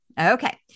Okay